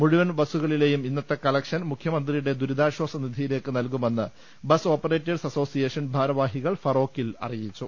മുഴുവൻ ബസ്സുകളിലെയും ഇന്നത്തെ കലക്ഷൻ മുഖ്യമന്ത്രിയുടെ ദുരിതാ ശ്വാസനിധിയിലേക്ക് നൽകുമെന്ന് ബസ് ഓപ്പറേറ്റേഴ്സ് അസോ സിയേഷൻ ഭാരവാഹികൾ ഫറോക്കിൽ അറിയിച്ചു